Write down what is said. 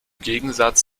gegensatz